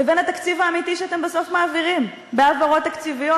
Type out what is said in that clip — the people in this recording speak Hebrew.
לבין התקציב האמיתי שאתם בסוף מעבירים בהעברות תקציביות,